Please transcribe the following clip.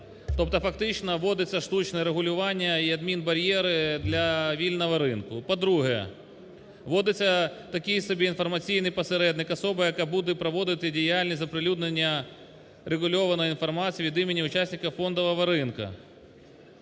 Тобто фактично вводиться штучне регулювання і адмінбар'єри для вільного ринку. По-друге, вводиться такий собі інформаційний посередник – особа, яка буде проводити діяльність з оприлюднення регульованої інформації від імені учасників фондового ринку.